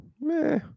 Meh